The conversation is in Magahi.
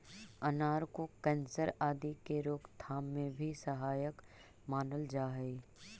अनार को कैंसर आदि के रोकथाम में भी सहायक मानल जा हई